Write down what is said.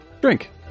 Drink